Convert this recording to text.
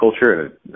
culture